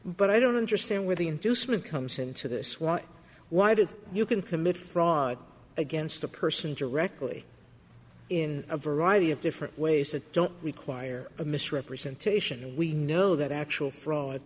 but i don't understand where the inducement comes into this one why did you can commit fraud against a person directly in a variety of different ways that don't require a misrepresentation we know that actual fraud